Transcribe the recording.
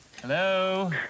Hello